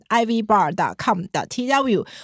ivbar.com.tw